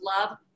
Love